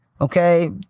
Okay